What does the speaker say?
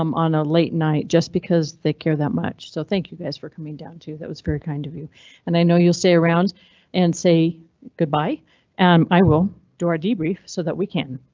um on a late night just because they care that much. so thank you guys for coming down to that was very kind of you and i know you'll stay around and say goodbye and i will do our debrief so that we can.